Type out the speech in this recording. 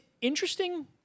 interesting